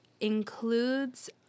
includes